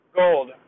gold